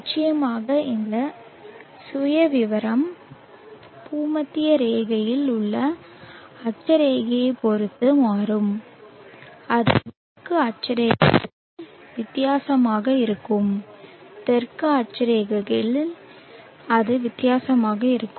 நிச்சயமாக இந்த சுயவிவரம் பூமத்திய ரேகையில் உள்ள அட்சரேகையைப் பொறுத்து மாறும் அது வடக்கு அட்சரேகைகளில் வித்தியாசமாக இருக்கும் தெற்கு அட்சரேகைகளில் அது வித்தியாசமாக இருக்கும்